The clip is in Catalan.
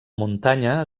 muntanya